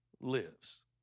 lives